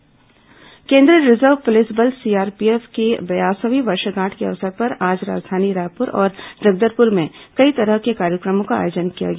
police band केंद्रीय reserve police बल CRPF की बयासवीं वर्षगांठ के अवसर पर आज राजधानी रायपुर और जगदलपुर में कई तरह के कार्यक्रमों का आयोजन किया गया